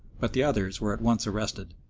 but the others were at once arrested.